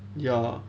ya